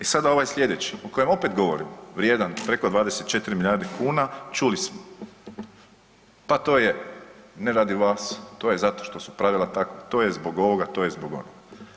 E sada ovaj sljedeći o kojem opet govorimo vrijedan preko 24 milijarde kuna, čuli smo, pa to je ne radi vas, to je zato što su pravila takva, to je zbog ovoga, to je zbog onoga.